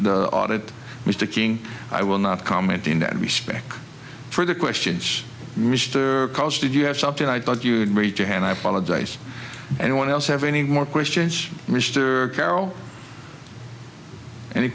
the audit mr king i will not comment in that respect for the questions mr cause did you have something i thought you'd reach your hand i apologize and when else have any more questions mr carroll any